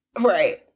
Right